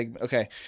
Okay